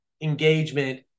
engagement